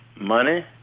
money